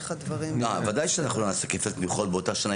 איך הדברים --- ודאי שאנחנו לא נעשה כפל תמיכות באותה שנה,